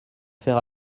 faire